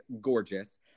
gorgeous